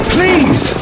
Please